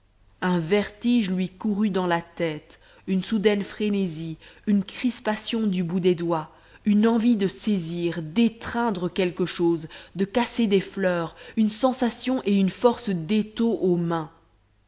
un vertige lui courut dans la tête une soudaine frénésie une crispation du bout des doigts une envie de saisir d'étreindre quelque chose de casser des fleurs une sensation et une force d'étau aux